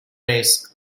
race